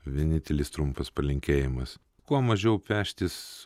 vienintelis trumpas palinkėjimas kuo mažiau peštis